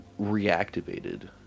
reactivated